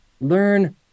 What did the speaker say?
Learn